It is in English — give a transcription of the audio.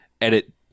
edit